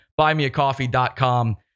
buymeacoffee.com